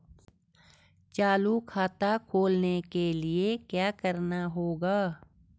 चालू खाता खोलने के लिए क्या करना होगा?